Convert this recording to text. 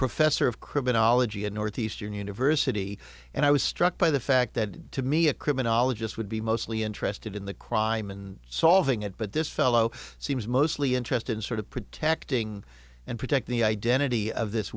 professor of criminology at northeastern university and i was struck by the fact that to me a criminologist would be mostly interested in the crime and solving it but this fellow seems mostly interested in sort of protecting and protect the identity of this